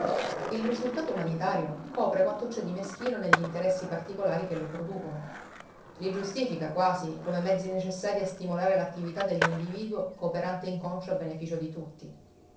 il risultato umanitario copre quanto c'è di meschino negli interessi particolari che lo producono li giustifica quasi come mezzi necessari a stimolare l'attività dell'individuo cooperante inconscio a beneficio di tutti